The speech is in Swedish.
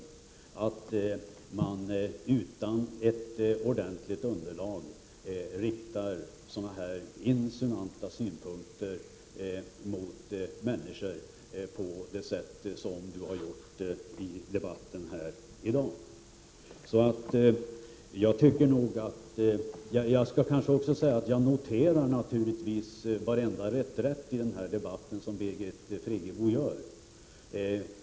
Jag beklagar att man utan ett ordentligt underlag riktar insinuanta attacker mot människor på det sätt som Birgit Friggebo har gjort i debatten här i dag. Jag noterar naturligtvis varenda reträtt som Birgit Friggebo gör i den här debatten.